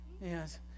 Yes